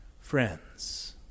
Friends